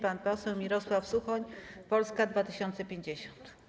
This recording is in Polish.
Pan poseł Mirosław Suchoń, Polska 2050.